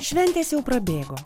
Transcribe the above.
šventės jau prabėgo